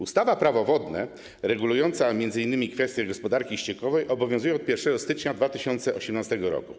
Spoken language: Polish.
Ustawa - Prawo wodne, regulująca m.in. kwestie gospodarki ściekowej, obowiązuje od 1 stycznia 2018 r.